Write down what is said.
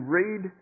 read